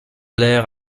l’air